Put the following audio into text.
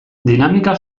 dinamika